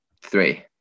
Three